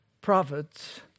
prophets